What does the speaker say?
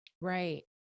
Right